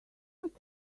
much